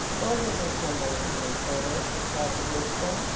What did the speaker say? why doesn't somebody come and call us? cried the rooster.